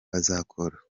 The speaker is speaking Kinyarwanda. bazakora